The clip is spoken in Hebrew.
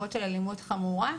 עבירות של אלימות חמורה,